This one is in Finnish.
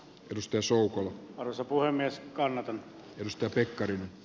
pystyn suuhun on osa puuaines kannatan rikkaiden